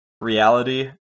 reality